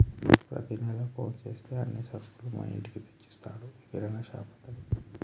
ప్రతి నెల ఫోన్ చేస్తే అన్ని సరుకులు మా ఇంటికే తెచ్చిస్తాడు కిరాణాషాపతడు